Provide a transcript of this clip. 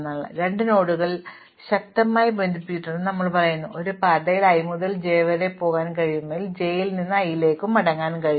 അതിനാൽ രണ്ട് നോഡുകൾ ശക്തമായി ബന്ധിപ്പിച്ചിട്ടുണ്ടെന്ന് ഞങ്ങൾ പറയുന്നു എനിക്ക് ഒരു പാതയിലൂടെ i മുതൽ j ലേക്ക് പോകാൻ കഴിയുമെങ്കിൽ എനിക്ക് j ൽ നിന്ന് i ലേക്ക് മടങ്ങാൻ കഴിയും